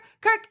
Kirk